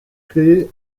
créer